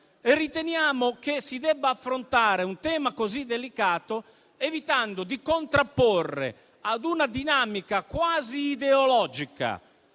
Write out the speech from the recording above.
riteniamo che si debba affrontare un tema così delicato evitando di contrapporre a una dinamica quasi ideologica,